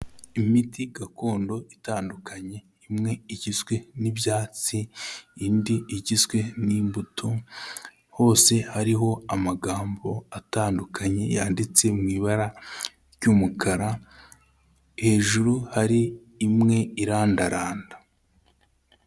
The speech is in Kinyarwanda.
Imiti gakondo itandukanye, imwe igizwe n'ibyatsi, indi igizwe n'imbuto, hose hariho amagambo atandukanye yanditse mu ibara ry'umukara, hejuru hari imwe irandaranda.